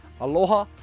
Aloha